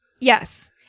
Yes